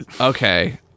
okay